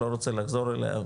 לא רוצה לחזור עליה,